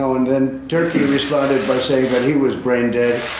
know, and then, turkey responded by saying that he was brain dead,